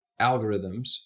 algorithms